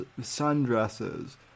sundresses